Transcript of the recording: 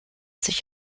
sich